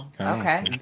Okay